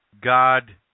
God